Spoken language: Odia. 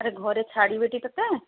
ଆରେ ଘରେ ଛାଡ଼ିବେଟି ତୋତେ